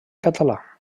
català